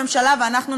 הממשלה ואנחנו,